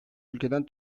ülkeden